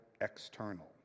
external